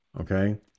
okay